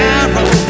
arrow